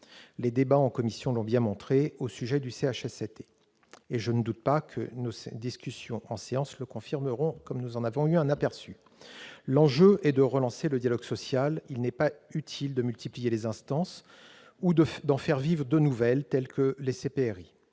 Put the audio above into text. Les débats en commission l'ont bien montré au sujet du CHSCT, et je ne doute pas que nos discussions en séance le confirmeront, comme nous venons d'en avoir un aperçu. L'enjeu est de relancer le dialogue social ; il n'est pas utile de multiplier les instances ou d'en faire vivre de nouvelles telles que les CPRI,